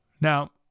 Now